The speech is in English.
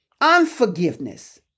Unforgiveness